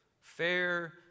fair